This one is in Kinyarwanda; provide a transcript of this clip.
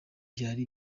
byari